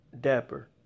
dapper